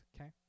Okay